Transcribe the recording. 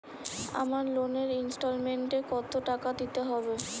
আমার লোনের ইনস্টলমেন্টৈ কত টাকা দিতে হবে?